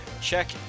Check